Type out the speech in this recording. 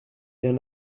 bien